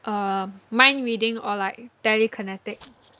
uh mind reading or like telekinetic